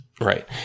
right